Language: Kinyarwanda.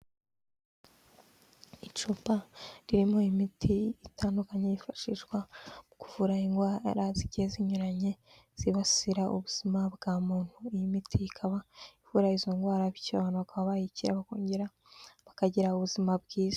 Icupa ririmo imiti itandukanye yifashishwa mu kuvura indwara zigiye zinyuranye zibasira ubuzima bwa muntu, iyi miti ikaba ivura izo ndwara bityo abantu bakaba bayikira bakongera bakagira ubuzima bwiza.